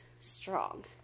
Strong